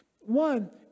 One